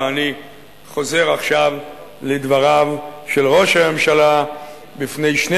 ואני חוזר עכשיו לדבריו של ראש הממשלה בפני שני